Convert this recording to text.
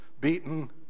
beaten